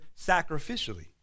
sacrificially